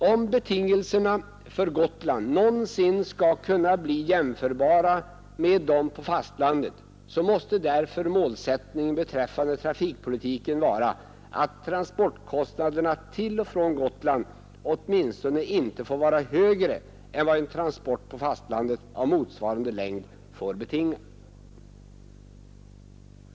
Om betingelserna för Gotland någonsin skall kunna bli jämförbara med dem på fastlandet, måste därför målsättningen beträffande trafikpolitiken vara att transportkostnaderna till och från Gotland åtminstone inte skall vara högre än vad en transport på fastlandet av motsvarande längd får betinga.